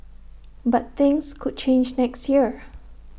but things could change next year